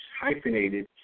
hyphenated